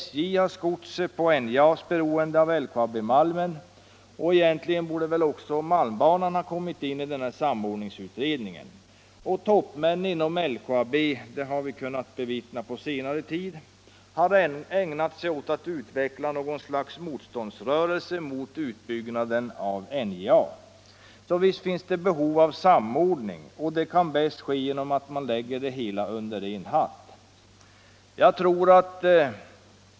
SJ har skott sig på NJA:s beroende av LKAB-malmen —- egentligen borde också malmbanan komma med i den här samordningsutredningen — och vi har på senare tid kunnat bevittna hur toppmän inom LKAB har ägnat sig åt att utveckla något slags motståndsrörelse mot utbyggnaden av NJA. Så visst finns det ett behov av samordning, och den kan bäst ske genom att man lägger det hela under en hatt.